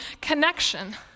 connection